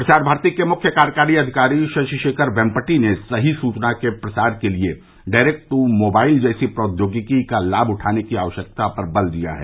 प्रसार भारती के मुख्य कार्यकारी अधिकारी शशि शेखर वेम्पटी ने सही सूचना के प्रसार के लिए डायरेक्ट टू मोबाइल जैसी प्रौद्योगिकी का लाभ उठाने की आवश्यकता पर बल दिया है